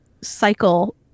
cycle